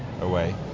Away